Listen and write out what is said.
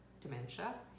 dementia